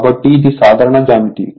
కాబట్టి ఇది సాధారణ జ్యామితి